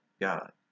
God